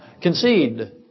concede